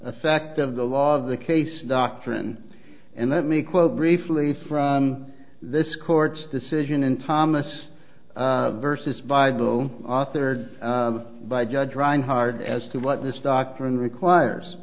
effect of the law of the case doctrine and let me quote briefly from this court's decision in thomas versus bible authored by judge reinhardt as to what this doctrine requires